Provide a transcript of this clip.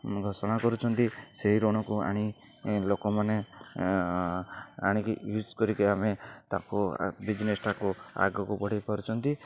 ଘୋଷଣା କରୁଛନ୍ତି ସେଇ ଋଣକୁ ଆଣି ଲୋକମାନେ ଆଣିକି ୟୁଜ କରିକି ଆମେ ତାକୁ ଆ ବିଜନେସ୍ଟାକୁ ଆଗକୁ ବଢ଼ାଇ ପାରୁଛନ୍ତି